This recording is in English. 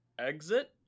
exit